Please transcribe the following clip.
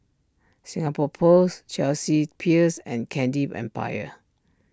Singapore Post Chelsea Peers and Candy Empire